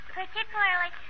particularly